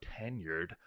tenured